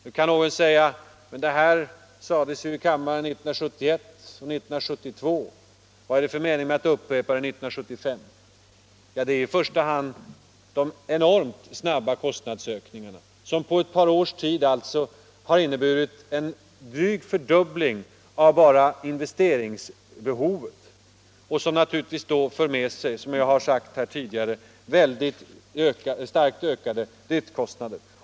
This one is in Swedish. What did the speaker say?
Någon kanske invänder att detta sades i kammaren redan 1971 och 1972 — vad är det för mening med att upprepa det 1975? Ja, en anledning till det är de enormt stora kostnadsökningarna. På ett par år har bara investeringsbehovet mer än fördubblats. Dessa kostnadsökningar för naturligtvis, som jag sagt, med sig starkt ökade driftkostnader.